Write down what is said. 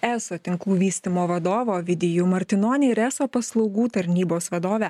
eso tinklų vystymo vadovą ovidijų martinonį ir eso paslaugų tarnybos vadovę